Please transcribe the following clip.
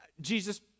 Jesus